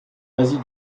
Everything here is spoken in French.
asie